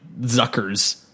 Zuckers